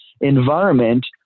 environment